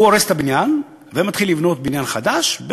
הוא הורס את הבניין ומתחיל לבנות בניין חדש,